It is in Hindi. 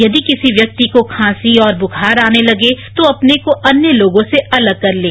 यदि किसी व्यक्ति को खांसी और बुखार आने लगे तो अपने को अन्य लोगों से अलग कर लें